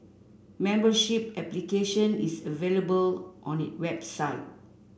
membership application is available on it website